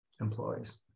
employees